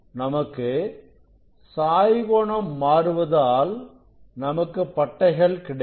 நமக்கு சாய் கோணம் மாறுவதால் நமக்கு பட்டைகள் கிடைக்கும்